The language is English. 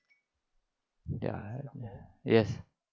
ya ya yes